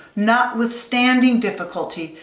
notwithstanding difficulty,